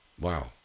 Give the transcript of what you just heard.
Wow